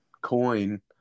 coin